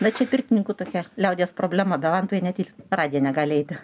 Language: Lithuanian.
na čia pirtininkų tokia liaudies problema be vantų jie net į radiją negali eiti